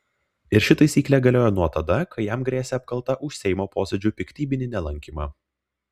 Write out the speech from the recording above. ir ši taisyklė galioja nuo tada kai jam grėsė apkalta už seimo posėdžių piktybinį nelankymą